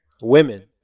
Women